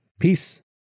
Peace